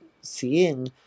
seeing